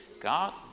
God